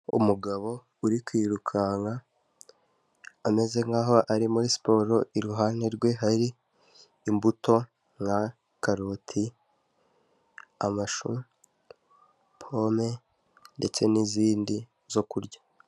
Umugabo uri kwirukanka ameze nk'aho ari muri siporo, iruhande rwe hari imbuto nka karoti, amashu, pome ndetse n'izindi zo kurya.